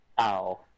Ow